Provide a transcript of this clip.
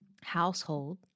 household